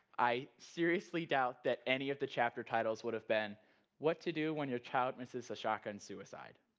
i seriously doubt that any of the chapter titles would have been what to do when your child witnesses a shotgun suicide?